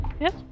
Yes